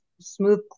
smooth